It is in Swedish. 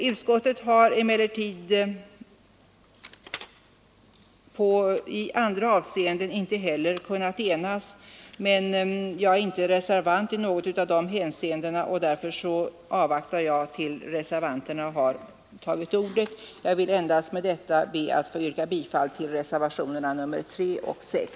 Utskottet har i ytterligare några avseenden inte kunnat enas, men jag är inte reservant i något av de fallen, och därför avvaktar jag tills reservanterna har tagit ordet. Jag vill endast än en gång yrka bifall till reservationerna 3 och 6.